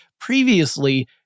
previously